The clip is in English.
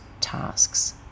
tasks